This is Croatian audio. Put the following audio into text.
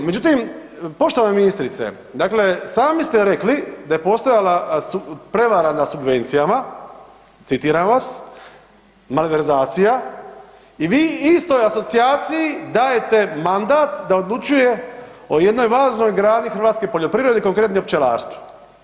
Međutim, poštovana ministrice, dakle sami ste rekli da je postojala „prevara na subvencijama“, citiram vas, malverzacija i vi istoj asocijaciji dajete mandat da odlučuje o jednoj važnoj grani hrvatske poljoprivrede, konkretno o pčelarstvu.